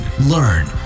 learn